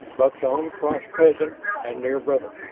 buck's own cross-cousin and near-brother.